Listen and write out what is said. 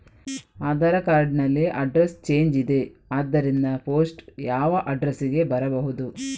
Aadhaar card ನಲ್ಲಿ address change ಇದೆ ಆದ್ದರಿಂದ ಪೋಸ್ಟ್ ಯಾವ ಅಡ್ರೆಸ್ ಗೆ ಬರಬಹುದು?